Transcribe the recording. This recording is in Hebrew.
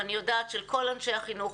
ואני יודעת של כל אנשי החינוך,